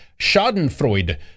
schadenfreude